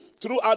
throughout